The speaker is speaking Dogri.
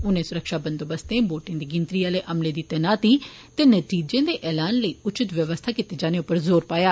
उनें सरक्षा बंदोबस्तें वोटें दी गिनतरी लेई अमले दी तैनाती ते नतीजें दे ऐलान लेई उचित बवस्था कीते जाने पर जोर पाया